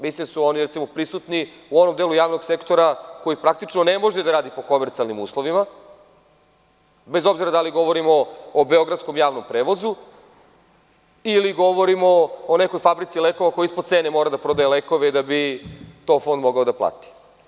Mislim da su oni prisutni u ovome delu javnog sektora koji praktično ne može da radi po komercijalnim uslovima, bez obzira da li govorimo o beogradskom javnom prevozu ili govorimo o nekoj fabrici lekova koji ispod cene mora da prodaje lekove da bi to fond mogao da plati.